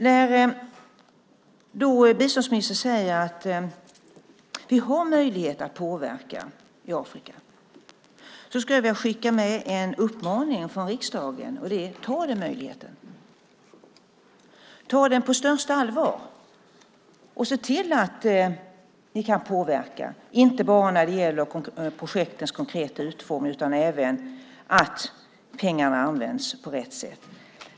När biståndsministern säger att vi har möjlighet att påverka i Afrika vill jag skicka med en uppmaning från riksdagen: Ta den möjligheten. Ta den på största allvar och se till att ni kan påverka inte bara projektens konkreta utformning utan även att pengarna används på rätt sätt.